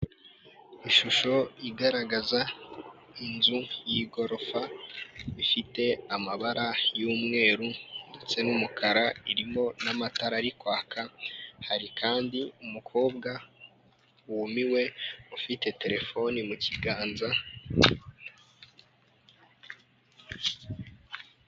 Ishusho igaragaza inzu y'igorofa ifite amabara y'umweru ndetse n'umukara irimo n'amatara ari kwaka, hari kandi umukobwa wumiwe ufite terefoni mu kiganza.